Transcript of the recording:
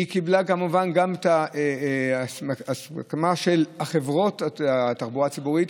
קיבלה כמובן גם הסכמה של חברות התחבורה הציבורית,